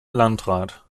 landrat